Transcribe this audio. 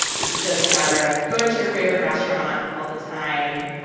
it's just a matter of going to your favorite restaurant all the time,